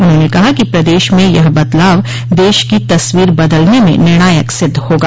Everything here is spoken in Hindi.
उन्होंने कहा कि प्रदेश में यह बदलाव देश की तस्वीर बदलने में निर्णायक सिद्ध होगा